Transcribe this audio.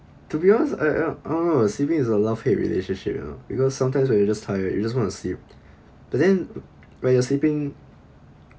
to be honest I I don't know sleeping is a love hate relationship you know because sometimes when you're just tired you just want to sleep but then when you're sleeping